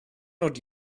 not